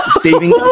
saving